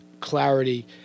clarity